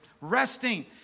resting